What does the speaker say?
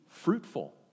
Fruitful